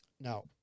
now